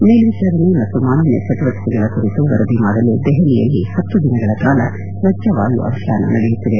ಮೇಲ್ವಿಚಾರಣೆ ಮತ್ತು ಮಾಲಿನ್ಲ ಚಟುವಟಕೆಗಳ ಕುರಿತು ವರದಿ ಮಾಡಲು ದೆಹಲಿಯಲ್ಲಿ ಹತ್ತು ದಿನಗಳ ಕಾಲ ಸ್ವಚ್ದ ವಾಯು ಅಭಿಯಾನ ನಡೆಯುತ್ತಿದೆ